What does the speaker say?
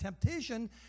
temptation